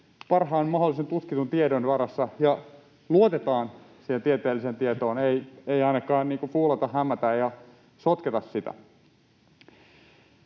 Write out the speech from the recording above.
parhaan mahdollisen tutkitun tiedon varassa ja luotetaan siihen tieteelliseen tietoon eikä ainakaan fuulata, hämätä ja sotketa sitä.